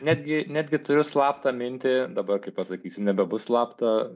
netgi netgi turiu slaptą mintį dabar kai pasakysiu nebebus slapta